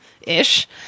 Ish